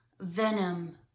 Venom